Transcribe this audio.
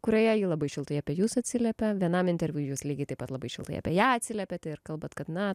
kurioje ji labai šiltai apie jus atsiliepia vienam interviu jūs lygiai taip pat labai šiltai apie ją atsiliepiat ir kalbat kad na